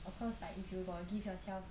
of course like if you got give yourself